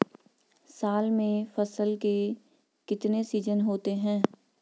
साल में फसल के कितने सीजन होते हैं?